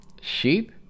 sheep